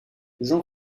jean